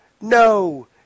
No